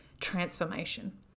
transformation